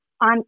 on